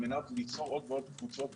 על מנת ליצור עוד ועוד קבוצות